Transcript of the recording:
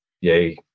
Yay